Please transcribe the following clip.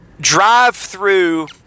drive-through